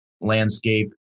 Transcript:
landscape